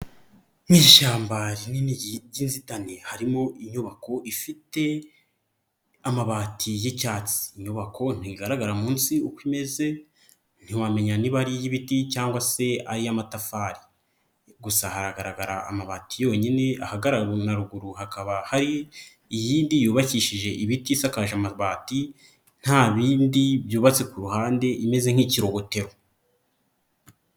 Ishyamba rinini ry'inzitane harimo inyubako ifite amabati y'icyatsi inyubako ntigaragara munsi uko imeze ntiwamenya niba ari iy'ibiti cyangwa se iy'amatafari gusa haragaragara amabati yonyine aha na ruguru hakaba hari iyindi yubakishije ibiti isakaje amabati nta bindi byubatse ku ruhande imeze nk'ikirobetero.